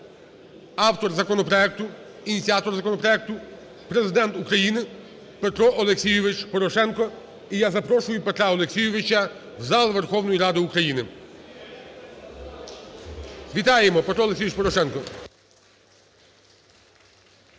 автор законопроекту, ініціатор законопроекту – Президент України Петро Олексійович Порошенко. І я запрошую Петра Олексійовича в зал Верховної Ради України. Вітаємо: Петро Олексійович Порошенко.